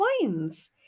coins